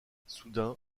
soudain